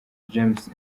james